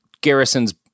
Garrison's